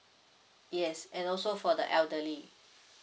yes and also for the elderly